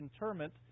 interment